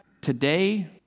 today